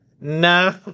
no